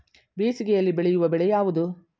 ಬೇಸಿಗೆಯಲ್ಲಿ ಬೆಳೆಯುವ ಬೆಳೆ ಯಾವುದು?